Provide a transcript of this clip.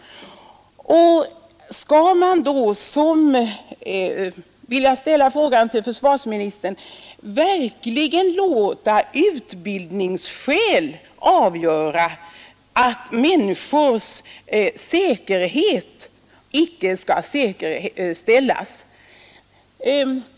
Skall man då verkligen låta utbildningsskäl avgöra att människors säkerhet åsidosätts?